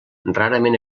rarament